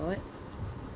lot